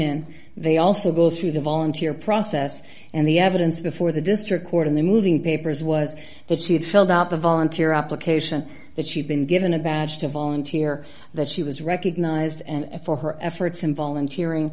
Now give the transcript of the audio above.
in they also go through the volunteer process and the evidence before the district court in the moving papers was that she had filled out the volunteer application that she'd been given a badge to volunteer that she was recognized and for her efforts in volunteering